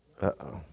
Uh-oh